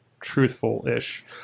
truthful-ish